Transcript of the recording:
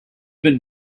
been